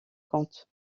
compte